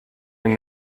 and